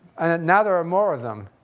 now, there are more of them.